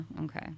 Okay